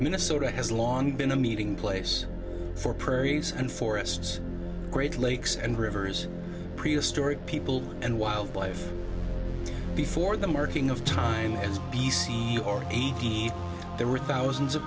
minnesota has long been a meeting place for prairie and forests great lakes and rivers prehistoric people and wildlife before the marking of time as b c or eighteenth there were thousands of